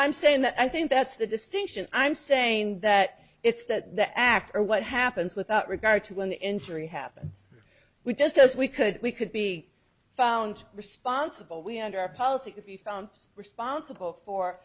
i'm saying that i think that's the distinction i'm saying that it's that the act or what happens without regard to an injury happens we just as we could we could be found responsible we under our policy could be found responsible for